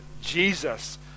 Jesus